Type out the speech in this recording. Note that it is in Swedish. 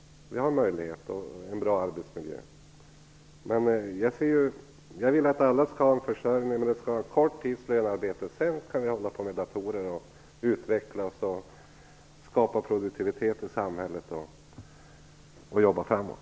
Vi har möjlighet till detta, och vi har en bra arbetsmiljö. Jag vill att alla skall ha möjlighet till försörjning, men det skall vara en kort tids lönearbete. Sedan kan man hålla på med datorer och utvecklas, skapa produktivitet i samhället och jobba framåt.